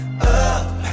Up